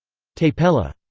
tapella